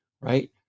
right